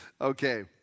Okay